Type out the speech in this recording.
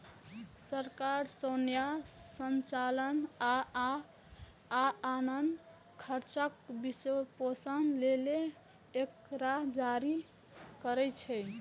सरकार सैन्य संचालन आ आन खर्चक वित्तपोषण लेल एकरा जारी करै छै